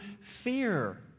fear